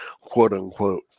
quote-unquote